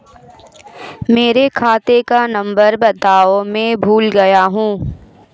मेरे खाते का नंबर बताओ मैं भूल गया हूं